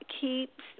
Keep